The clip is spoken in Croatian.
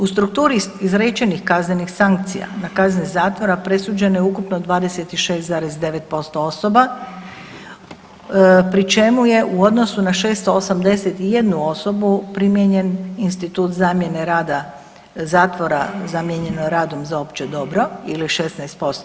U strukturi izrečenih kaznenih sankcija na kazne zatvora presuđeno je ukupno 26,9% osoba pri čemu je u odnosu na 681 osobu primijenjen institut zamjene rada zatvora zamijenjen je radom za opće dobro ili 16%